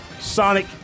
Sonic